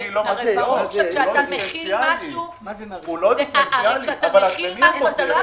הרי ברור שכאשר אתה מחיל משהו אתה לא יכול